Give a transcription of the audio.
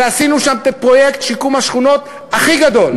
ועשינו שם את פרויקט שיקום השכונות הכי גדול,